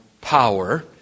power